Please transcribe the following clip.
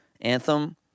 anthem